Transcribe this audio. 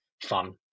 fun